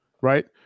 Right